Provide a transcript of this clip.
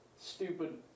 stupid